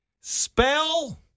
spell